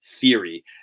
theory